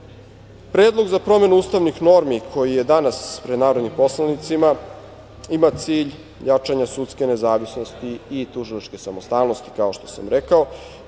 pristup. Predlog za promenu ustavnih normi, koji je danas pred narodnim poslanicima, ima cilj jačanje sudske nezavisnosti i tužilačke samostalnosti, kao što sam rekao.